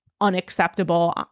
unacceptable